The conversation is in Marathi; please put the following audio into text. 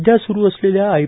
सध्या स्रू असलेल्या आय